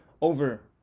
over